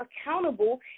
accountable